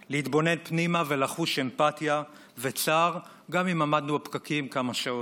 להתבונן פנימה ולחוש אמפתיה וצער גם אם עמדנו בפקקים כמה שעות,